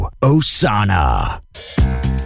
Osana